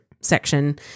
section